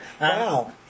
Wow